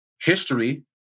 history